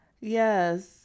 Yes